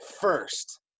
first